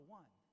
one